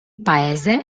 paese